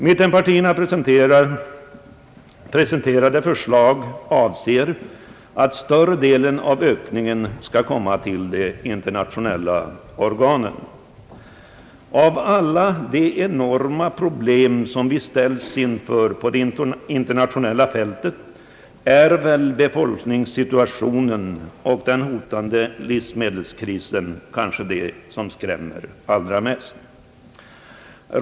Mittenpartiernas presenterade förslag syftar till att större delen av ökningen skall gå till internationella organ. Av alla de enorma problem vi ställs inför på det internationella fältet är det väl befolkningssituationen och den hotande livsmedelskrisen som kanske skrämmer allra mest.